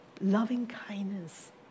loving-kindness